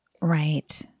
Right